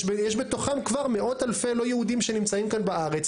יש בתוכם כבר מאות אלפי לא יהודים שנמצאים כאן בארץ,